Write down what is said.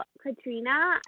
Katrina